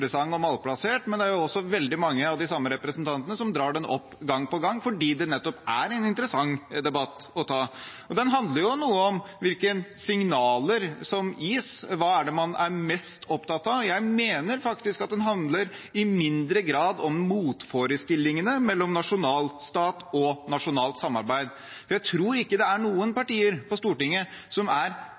og malplassert, men det er også veldig mange av de samme representantene som drar den opp gang på gang nettopp fordi det er en interessant debatt å ta. Debatten handler noe om hvilke signaler som gis, og hva man er mest opptatt av. Jeg mener faktisk at den i mindre grad handler om motforestillingene mellom nasjonalstat og internasjonalt samarbeid. Jeg tror ikke det er noen partier på Stortinget som hele tiden er